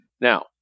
Now